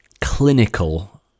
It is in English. clinical